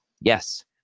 Yes